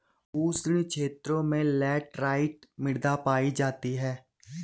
उष्ण क्षेत्रों में लैटराइट मृदा पायी जाती है